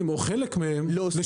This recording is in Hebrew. יש מחקרים שמוכיחים גם את ההטבה הזאת.